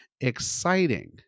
exciting